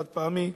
חד-פעמי,